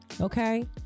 okay